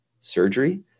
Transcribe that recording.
surgery